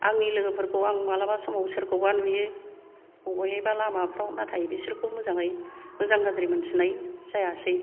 आंनि लोगोफोरखौ आं मालाबा समाव सोरखौबा नुयो अबेहायबा लामाफ्राव नाथाय बिसोरखौ मोजाङै मोजां गाज्रि मोनथिनाय जायासै